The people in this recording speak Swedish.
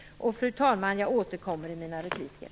Fru talman! Jag återkommer i mina repliker.